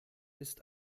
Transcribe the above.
ist